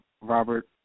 Robert